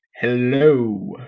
Hello